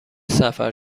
سفر